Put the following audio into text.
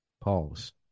Pause